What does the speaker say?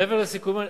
מעבר לסכומים